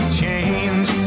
change